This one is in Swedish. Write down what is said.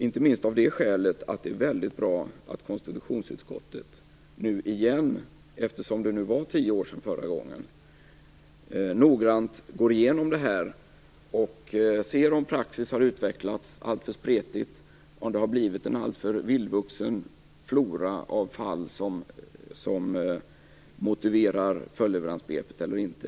Inte minst av det skälet tycker jag att det är mycket bra att konstitutionsutskottet nu igen, eftersom det var tio år sedan det gjordes, noggrant går igenom detta och ser om praxis har utvecklats alltför spretigt och om det har blivit en alltför vildvuxen flora av fall som motiverar följdleveransbegreppet eller inte.